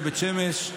בבית שמש.